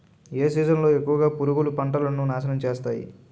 ఏ season లో ఎక్కువుగా పురుగులు పంటను నాశనం చేస్తాయి?